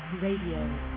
Radio